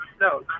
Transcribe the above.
No